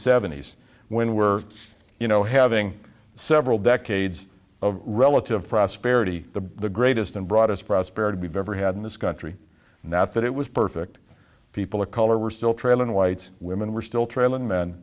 seventy s when we're you know having several decades of relative prosperity the the greatest and brought us prosperity we've ever had in this country not that it was perfect people of color were still trailing whites women were still trailing m